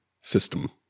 system